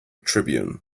tribune